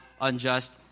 unjust